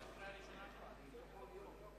המלצת הוועדה המשותפת לוועדת